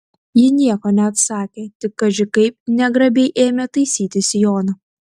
ji nieko neatsakė tik kaži kaip negrabiai ėmė taisytis sijoną